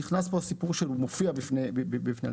פה נכנס הסיפור שהוא מופיע בפני הרשות.